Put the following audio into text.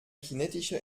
kinetische